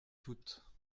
toute